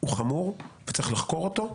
הוא חמור וצריך לחקור אותו.